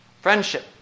Friendship